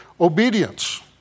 obedience